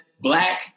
black